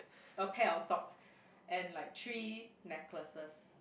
a pair of socks and like three necklaces